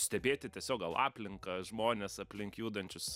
stebėti tiesiog gal aplinką žmones aplink judančius